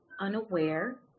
unaware